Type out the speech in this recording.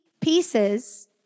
pieces